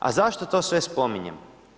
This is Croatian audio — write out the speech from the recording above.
A zašto to sve spominjem?